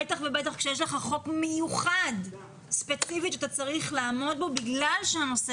בטח כשיש לך חוק מיוחד ספציפי שאתה צריך לעמוד בו בגלל שהנושא